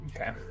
Okay